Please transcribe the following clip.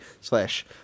slash